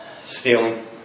Stealing